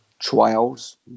Trials